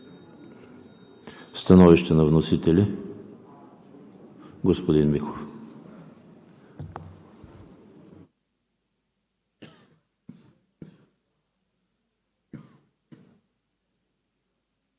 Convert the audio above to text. Становище на вносител – господин Михов.